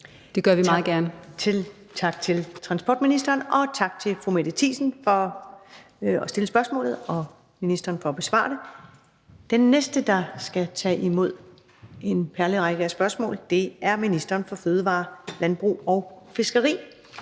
(Karen Ellemann): Tak til transportministeren, og tak til fru Mette Thiesen for at stille spørgsmålet og til ministeren for at besvare det. Den næste, der skal tage imod en perlerække af spørgsmål, er ministeren for fødevarer, landbrug og fiskeri,